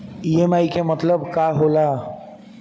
EMI के मतलब का होला?